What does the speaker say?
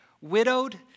widowed